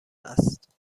است